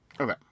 Okay